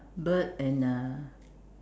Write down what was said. bird and a